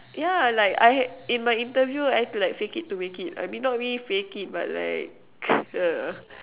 yeah like I in my interview I had to like fake it to make it I mean not really fake it but like uh